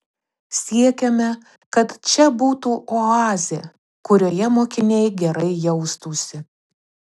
siekiame kad čia būtų oazė kurioje mokiniai gerai jaustųsi